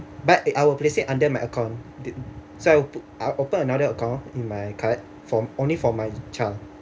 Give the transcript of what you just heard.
but I will place it under my account did so I'll put I'll open another account in my card for only for my child